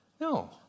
No